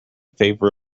favor